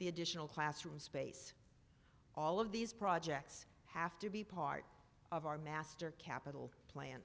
the additional classroom space all of these projects have to be part of our master capital plan